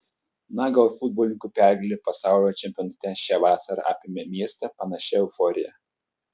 na gal futbolininkų pergalė pasaulio čempionate šią vasarą apėmė miestą panašia euforija